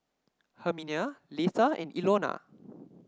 Herminia Leatha and Ilona